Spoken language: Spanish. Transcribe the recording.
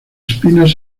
espinas